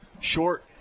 short